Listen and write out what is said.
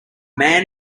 man